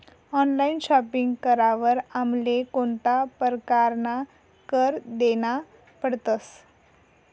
Online shopping करावर आमले कोणता परकारना कर देना पडतस?